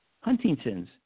Huntington's